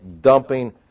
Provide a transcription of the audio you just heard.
dumping